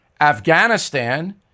Afghanistan